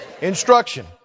Instruction